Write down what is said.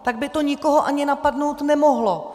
Tak by to nikoho ani napadnout nemohlo.